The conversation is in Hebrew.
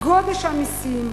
גודש המסים,